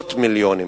מאות מיליונים,